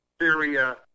Syria